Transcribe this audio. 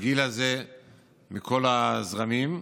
מכל הזרמים.